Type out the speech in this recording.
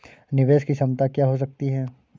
निवेश की क्षमता क्या हो सकती है?